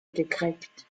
gekriegt